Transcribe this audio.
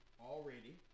Already